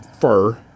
fur